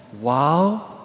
Wow